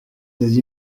des